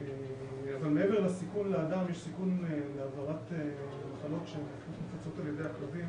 אבל מעבר לסיכון לאדם יש סיכון להעברת מחלות שמופצות על ידי הכלבים